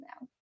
now